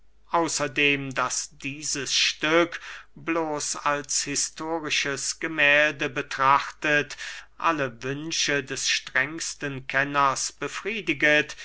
außerdem daß dieses stück bloß als historisches gemälde betrachtet alle wünsche des strengsten kenners befriediget